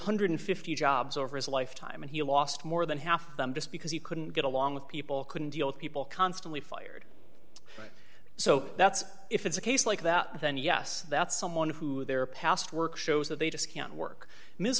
hundred and fifty jobs over his lifetime and he lost more than half of them just because he couldn't get along with people couldn't deal with people constantly fired so that's if it's a case like that then yes that's someone who their past work shows that they just can't work